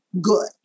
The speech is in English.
good